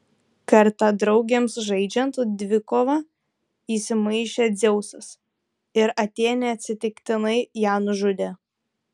kartą draugėms žaidžiant dvikovą įsimaišė dzeusas ir atėnė atsitiktinai ją nužudė